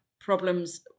problems